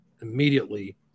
immediately